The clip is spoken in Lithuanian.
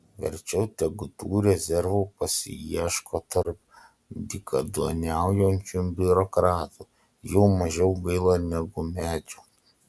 verčiau tegu tų rezervų pasiieško tarp dykaduoniaujančių biurokratų jų mažiau gaila negu medžių